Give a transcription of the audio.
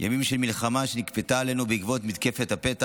ימים של מלחמה שנכפתה עלינו בעקבות מתקפת הפתע